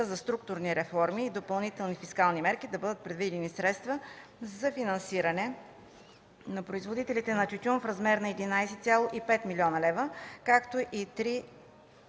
за структурни реформи и допълнителни фискални мерки да бъдат предвидени средства за финансиране на производителите на тютюн в размер на 11,5 млн. лв., както и 3,5